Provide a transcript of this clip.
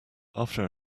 after